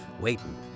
waiting